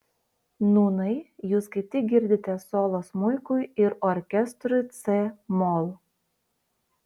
nūnai jūs kaip tik girdite solo smuikui ir orkestrui c mol